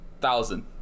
Thousand